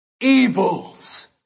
evils